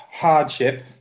hardship